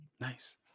nice